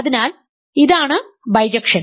അതിനാൽ ഇതാണ് ബൈജക്ഷൻ